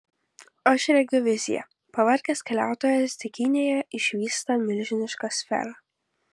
aš regiu viziją pavargęs keliautojas dykynėje išvysta milžinišką sferą